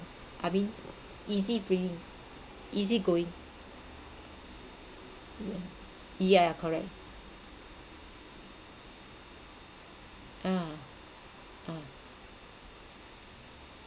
I mean easy free easy going yeah correct ah ah